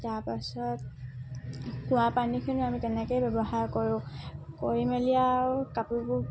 তাৰপাছত খোৱা পানীখিনিও আমি তেনেকৈয়ে ব্যৱহাৰ কৰোঁ কৰি মেলি আৰু কাপোৰবোৰ